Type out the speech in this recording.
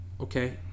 okay